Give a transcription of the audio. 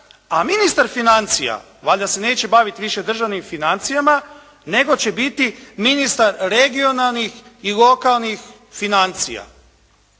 A ministar financija valjda se neće baviti više državnim financijama nego će biti ministar regionalnih i lokalnih financija,